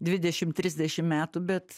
dvidešim trisdešim metų bet